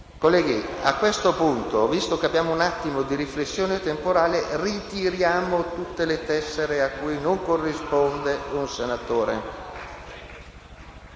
Casini. A questo punto, visto che abbiamo un attimo di riflessione temporale, ritiriamo tutte le tessere cui non corrisponde la